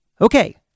Okay